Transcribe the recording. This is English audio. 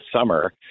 summer